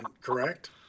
correct